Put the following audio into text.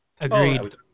Agreed